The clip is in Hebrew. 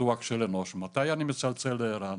פתוח של אנוש, מתי אני מצלצל לערן.